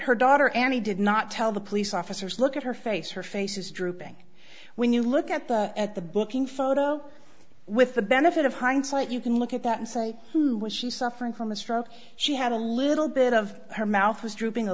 her daughter annie did not tell the police officers look at her face her face is drooping when you look at the at the booking photo with the benefit of hindsight you can look at that and say who was she suffering from a stroke she had a little bit of her mouth was drooping a